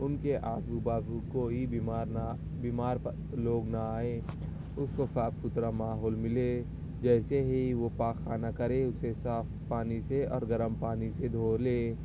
ان کے آزو بازو کوئی بیمار نا بیمار لوگ نہ آئیں اس کو صاف ستھرا ماحول ملے جیسے ہی وہ پاخانہ کرے اسے صاف پانی سے اور گرم پانی سے دھو لے